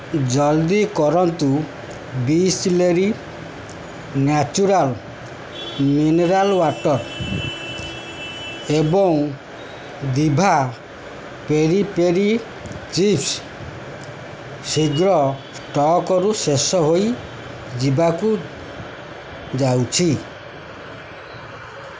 ଜଲ୍ଦି କରନ୍ତୁ Bisleri natural mineral water ଏବଂ ଦିଭା ପେରି ପେରି ଚିପ୍ସ୍ ଶୀଘ୍ର ଷ୍ଟକ୍ରୁ ଶେଷ ହୋଇଯିବାକୁ ଯାଉଛି